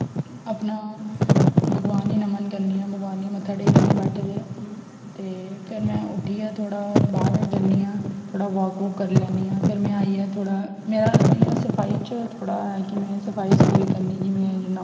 अपना भगवान गी नमन करनी आं भगवान गी मत्था टेकनी आं बैठे दे ते फेर में उट्ठियै थोह्ड़ा बाहर जन्नी आं थोह्ड़ा वाक वूक करी लैन्नी आं फेर में आइयै थोह्ड़ा मेरा इ'यां सफाई च थोह्ड़ा ऐ कि में सफाई सफुई करनी ऐ कि में जियां हून